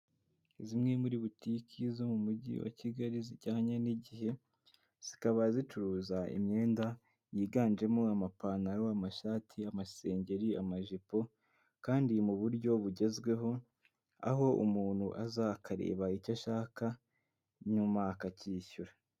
Zimwe muri butike zo mu mujyi wa kigali zijyanye n'igihe zikaba zicuruza imyenda yiganjemo amapantaro, amashati, amasengeri, amajipo kandi mu buryo bugezweho aho umuntu aza akareba icyo ashaka nyuma akacyishyura.